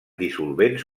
dissolvents